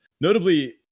Notably